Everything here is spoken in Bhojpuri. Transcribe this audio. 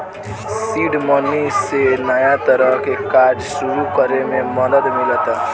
सीड मनी से नया तरह के कार्य सुरू करे में मदद मिलता